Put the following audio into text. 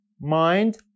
mind